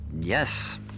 Yes